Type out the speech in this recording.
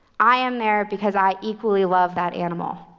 i am there because i equally love that animal.